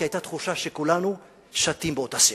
כי היתה תחושה שכולנו שטים באותה סירה,